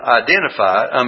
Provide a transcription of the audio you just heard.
identified